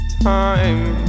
time